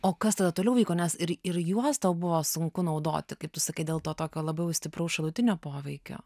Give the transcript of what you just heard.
o kas tada toliau vyko nes ir ir juos tau buvo sunku naudoti kaip tu sakai dėl to tokio labaiu stipraus šalutinio poveikio